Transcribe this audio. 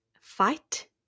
fight